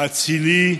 האצילי,